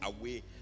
away